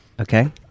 okay